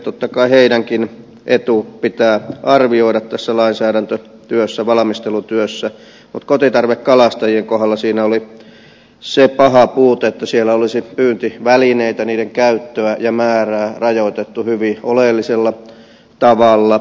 totta kai heidänkin etunsa pitää arvioida tässä lainsäädäntötyössä valmistelutyössä mutta kotitarvekalastajien kohdalla siinä oli se paha puute että siellä olisi pyyntivälineitä niiden käyttöä ja määrää rajoitettu hyvin oleellisella tavalla